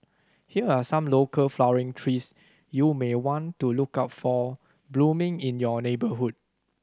here are some local flowering trees you may want to look out for blooming in your neighbourhood